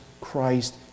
Christ